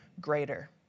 greater